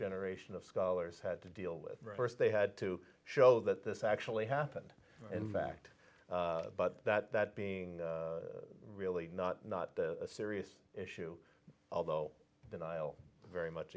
generation of scholars had to deal with first they had to show that this actually happened in fact but that being really not not a serious issue although denial very much